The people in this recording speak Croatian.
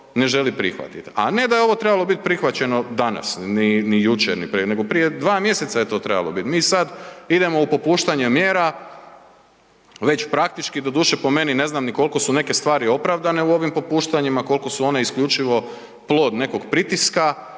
ne želi prihvatit, a ne da je ovo trebalo bit prihvaćeno danas, ni, ni jučer, ni prekjučer, nego prije dva mjeseca je to trebalo bit, mi sad idemo u popuštanje mjera već praktički doduše po meni ne znam ni kolko su neke stvari opravdane u ovim popuštanjima, kolko su one isključivo plod nekog pritiska